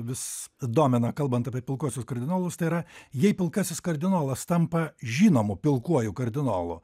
vis domina kalbant apie pilkuosius kardinolus tai yra jei pilkasis kardinolas tampa žinomu pilkuoju kardinolu